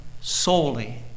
solely